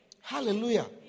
hallelujah